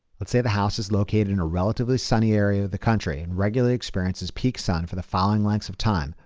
let's say the house is located in a relatively sunny area of the country and regularly experiences peak sun for the falling lengths of time,